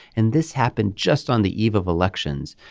and this happened just on the eve of elections.